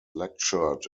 lectured